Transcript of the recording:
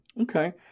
Okay